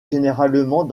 généralement